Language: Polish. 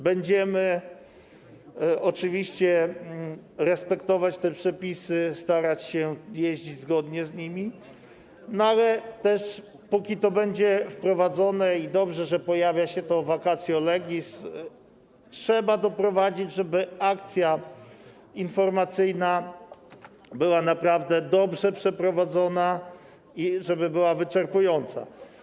Będziemy oczywiście respektować te przepisy, starać się jeździć zgodnie z nimi, ale też zanim to będzie wprowadzone, i dobrze, że pojawia się to vacatio legis, trzeba doprowadzić do tego, żeby akcja informacyjna była naprawdę dobrze przeprowadzona i żeby informacje były wyczerpujące.